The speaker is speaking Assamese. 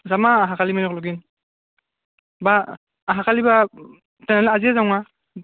যাম আহ আহাকালি মানক লগি বা আহাকালি বা তেনেহ'লে আজিয়ে যাওঁ আহ